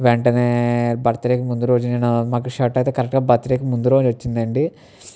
వెంటనే బర్త్డేకి ముందు రోజు నేను నాకు షర్ట్ అయితే కరెక్ట్గా బర్త్డేకి ముందు రోజు వచ్చింది అండి